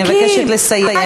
אני מבקשת לסיים.